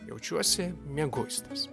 jaučiuosi mieguistas